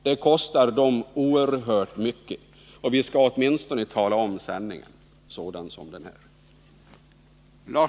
Det skulle tvärtom kosta dem oerhört mycket. Vi skall åtminstone tala om sanningen sådan som den är.